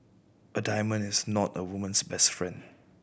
a diamond is not a woman's best friend